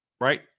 Right